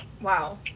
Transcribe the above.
wow